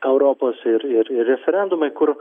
europos ir ir ir referendumai kur